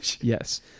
Yes